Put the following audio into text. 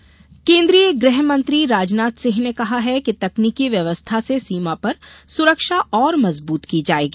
राजनाथ दशहरा केन्द्रीय गृहमंत्री राजनाथ सिंह ने कहा है कि तकनीकी व्यवस्था से सीमा पर सुरक्षा और मजबूत की जाएगी